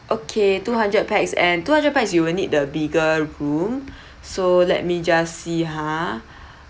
okay two hundred pax and two hundred pax you will need the bigger room so let me just see ha